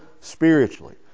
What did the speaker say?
spiritually